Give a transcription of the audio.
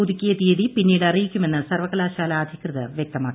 പുതുക്കിയ തീയതി പിന്നീട് അറിയിക്കുമെന്ന് സർവകലാശാല അധികൃതർ വ്യക്തമാക്കി